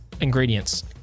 ingredients